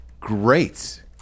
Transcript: Great